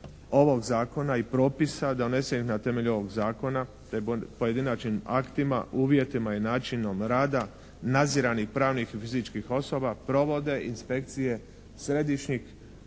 ovog zakona i propisa donesenih na temelju ovog zakona pojedinačnim aktima, uvjetima i načinom rada nadziranih pravnih i fizičkih osoba provode inspekcije središnjeg